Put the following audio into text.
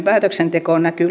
det